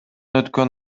өткөн